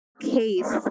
case